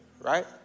right